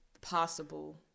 possible